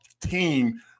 team